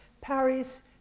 Paris